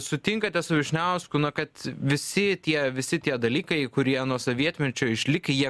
sutinkate su vyšniausku na kad visi tie visi tie dalykai kurie nuo sovietmečio išlikę jie